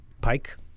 pike